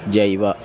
ജൈവ